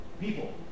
people